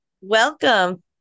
welcome